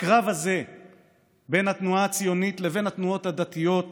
הקרב הזה בין התנועה הציונית לבין התנועות הדתיות ניטש,